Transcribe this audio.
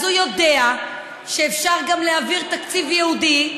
אז הוא יודע שאפשר גם להעביר תקציב ייעודי,